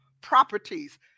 properties